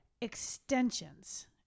extensions